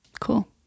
Cool